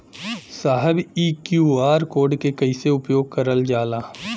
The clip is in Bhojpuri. साहब इ क्यू.आर कोड के कइसे उपयोग करल जाला?